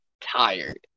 tired